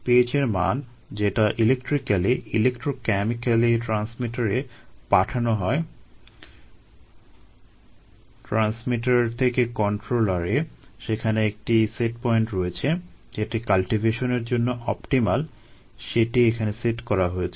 pH এর মান যেটা ইলেক্ট্রিক্যালি ইলেক্ট্রো ক্যামিক্যালি ট্রান্সমিটারে পাঠানো হয় ট্রান্সমিটার থেকে কন্ট্রোলারে সেখানে একটি সেট পয়েন্ট রয়েছে যেটি কাল্টিভেশনের জন্য অপটিমাল সেটি এখানে সেট করা রয়েছে